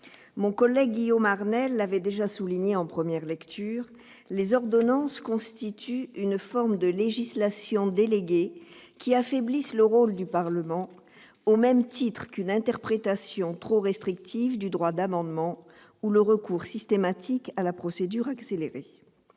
Mon collègue Guillaume Arnell l'avait déjà souligné en première lecture, « les ordonnances constituent une forme de législation déléguée qui affaiblit le rôle du Parlement, au même titre qu'une interprétation trop restrictive du droit d'amendement ou le recours systématique à la procédure accélérée